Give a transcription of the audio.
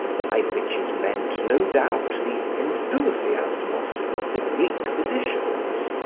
by which is meant no doubt the enthusiasmus of the greek physicians.